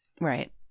Right